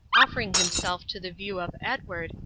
offering himself to the view of edward,